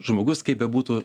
žmogus kaip bebūtų